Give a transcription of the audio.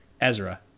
Ezra